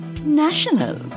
national